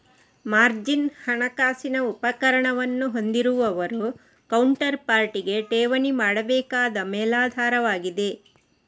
margin ಹಣಕಾಸಿನ ಉಪಕರಣವನ್ನು ಹೊಂದಿರುವವರು ಕೌಂಟರ್ ಪಾರ್ಟಿಗೆ ಠೇವಣಿ ಮಾಡಬೇಕಾದ ಮೇಲಾಧಾರವಾಗಿದೆ